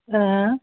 आँइ